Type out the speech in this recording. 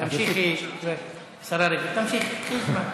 תמשיכי, השרה רגב, יש זמן.